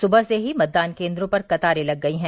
सुबह से ही मतदान केन्द्रों पर कतारे लग गयी हैं